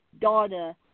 daughter